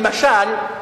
למשל,